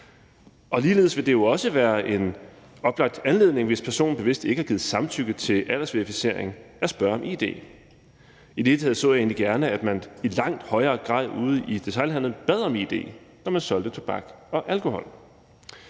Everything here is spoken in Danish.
ligeledes være en oplagt anledning, hvis personen bevidst ikke har givet samtykke til aldersverificering, at spørge om id. I det hele taget så jeg egentlig gerne, at man i langt højere grad i detailhandelen bad om id, når man sælger tobak og alkohol.